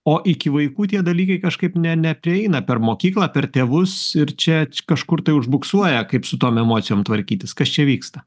o iki vaikų tie dalykai kažkaip nė neprieina per mokyklą per tėvus ir čia kažkur tai užbuksuoja kaip su tom emocijom tvarkytis kas čia vyksta